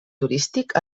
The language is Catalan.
turístic